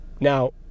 Now